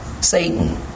Satan